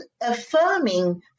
affirming